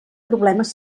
problemes